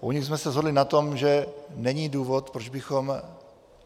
U nich jsme se shodli na tom, že není důvod, proč bychom